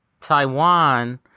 Taiwan